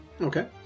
Okay